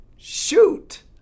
Shoot